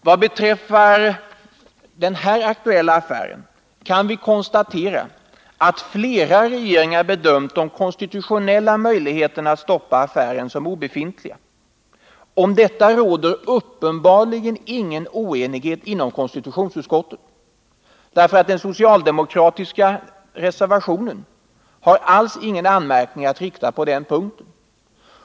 Vad beträffar den här aktuella affären kan vi konstatera att flera 67 regeringar bedömt de konstitutionella möjligheterna att stoppa affären som obefintliga. Om detta råder uppenbarligen ingen oenighet inom konstitutionsutskottet. Den socialdemokratiska reservationen har alls ingen anmärkning att rikta på den punkten.